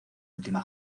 última